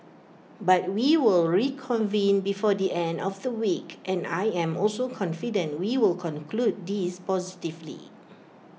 but we will reconvene before the end of the week and I am also confident we will conclude this positively